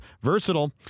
versatile